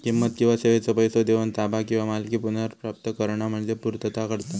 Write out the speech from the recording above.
किंमत किंवा सेवेचो पैसो देऊन ताबा किंवा मालकी पुनर्प्राप्त करणा म्हणजे पूर्तता करणा